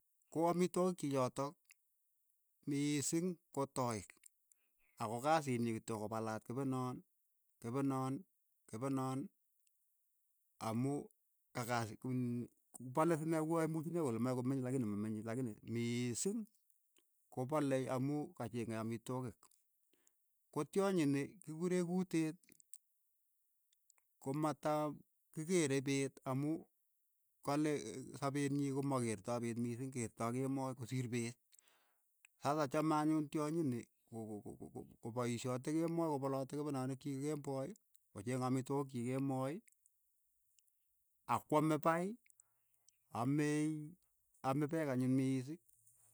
Ko amitwogik chiik chotok miising ko toik, ako kasiit nyi kityok kopalat kepenoon kepenoon kepenoon amu ka kasi mm palee sinee ku ya imuchinei kole mache komeny lakini mamenye lakini miising ko palei amu kacheng'e amitwogik, ko tyonyini ki kuure kuteet ko ma ta kikeere peet amu kale sapeet nyii ko ma keertoi peet miising keertoi kemoi kosiir peet. sasa chame anyun tyonyi ni ko- ko- ko kopaishate kemoi ko palate kepenoonik chiik kemboi ko cheeng amitwogik chiik kemoi ak kwame pai amei ame peek anyun miising.